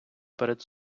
перед